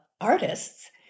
artists